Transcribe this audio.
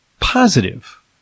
positive